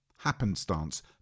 Happenstance